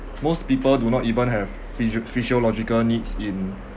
most people do not even have physio~ physiological needs in